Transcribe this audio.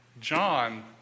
John